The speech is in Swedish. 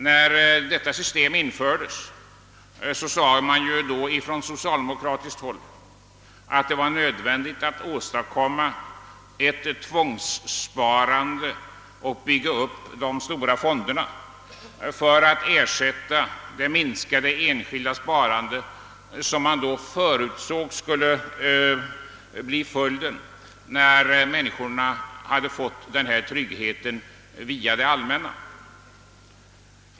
När detta system infördes, sades från socialdemokratiskt håll att det var nödvändigt att åstadkomma ett tvångssparande och bygga upp de stora fonderna för att ersätta det minskade enskilda sparande som man då förutsåg skulle bli följden när människorna hade fått trygghet via det allmänna.